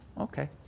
okay